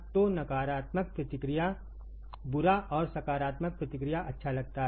तो नकारात्मक प्रतिक्रिया बुरा और सकारात्मक प्रतिक्रिया अच्छा लगता है